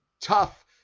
tough